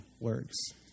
words